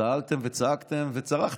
צהלתם וצעקתם וצרחתם,